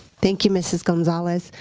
thank you, mrs. gonzales.